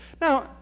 Now